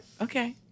Okay